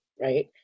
right